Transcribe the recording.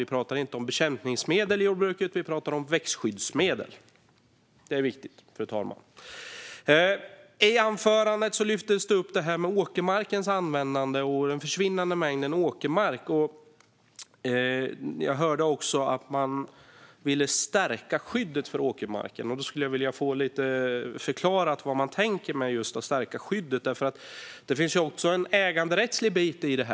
Vi pratar inte om bekämpningsmedel i jordbruket, utan vi pratar om växtskyddsmedel. Det är viktigt, fru talman. I anförandet lyfte ledamoten upp detta med åkermarkens användande och den minskande mängden åkermark. Jag hörde också att man vill stärka skyddet för åkermarken. Då skulle jag vilja få förklarat vad man menar med att stärka skyddet, för det finns ju också en äganderättslig bit i detta.